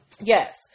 Yes